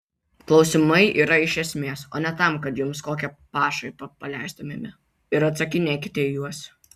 klausimai yra iš esmės o ne tam kad jums kokią pašaipą paleistumėme ir atsakinėkite į juos